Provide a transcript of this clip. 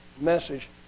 message